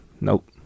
nope